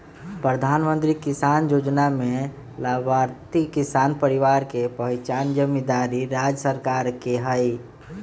प्रधानमंत्री किसान जोजना में लाभार्थी किसान परिवार के पहिचान जिम्मेदारी राज्य सरकार के हइ